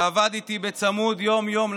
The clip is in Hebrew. שעבד איתי בצמוד יום-יום,